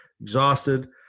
exhausted